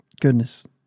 Goodness